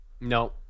no